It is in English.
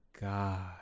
God